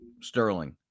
Sterling